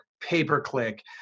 pay-per-click